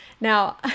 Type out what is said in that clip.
now